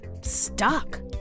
stuck